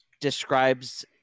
describes